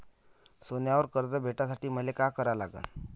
सोन्यावर कर्ज भेटासाठी मले का करा लागन?